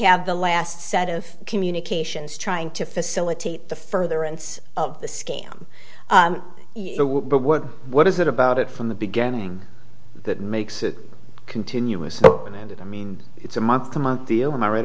have the last set of communications trying to facilitate the further end of the scam but what what is it about it from the beginning that makes it continuous open ended i mean it's a month to month deal when i read